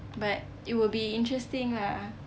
but it will be interesting lah